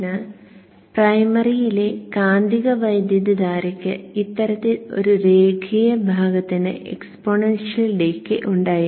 അതിനാൽ പ്രൈമറിയിലെ കാന്തിക വൈദ്യുതധാരയ്ക്ക് ഇത്തരത്തിൽ ഒരു രേഖീയ ഭാഗത്തിനു എക്സ്പോണൻഷ്യൽ ഡീകേ ഉണ്ടായിരുന്നു